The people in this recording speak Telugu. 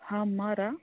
అమ్మా రా